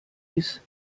ist